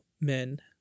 men